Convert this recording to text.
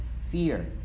fear